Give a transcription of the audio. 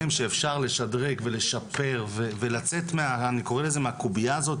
שאפשר לשדרג ולשפר ולצאת מהקובייה.